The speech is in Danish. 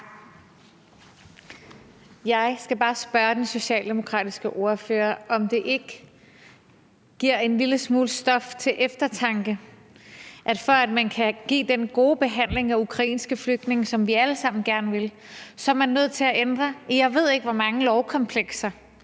Jeg skal bare spørge den socialdemokratiske ordfører, om det ikke giver en lille smule stof til eftertanke, at man, for at man kan give den gode behandling af ukrainske flygtninge, som vi alle sammen gerne vil, er nødt til at ændre i, jeg ved ikke hvor mange lovkomplekser,